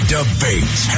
Debate